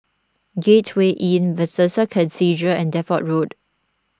Gateway Inn Bethesda Cathedral and Depot Road